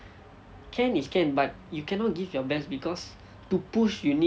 can is can but you cannot give your best because to push you need